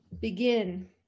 begin